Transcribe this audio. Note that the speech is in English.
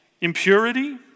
impurity